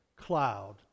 cloud